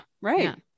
right